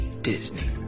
Disney